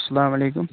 السلامُ علیکُم